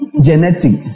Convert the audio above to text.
genetic